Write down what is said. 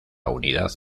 unidad